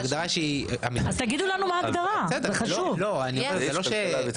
זו הגדרה שהיא --- אז תגידו לנו מה ההגדרה,